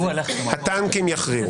הטנקים יכריעו,